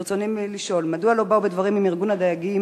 רצוני לשאול: 1. מדוע לא באו בדברים עם ארגון הדייגים,